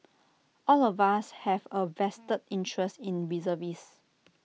all of us have A vested interest in reservist